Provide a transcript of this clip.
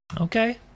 Okay